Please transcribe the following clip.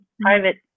private